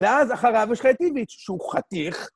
ואז אחריו יש לך את איביץ', שהוא חתיך.